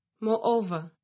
Moreover